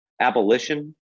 abolition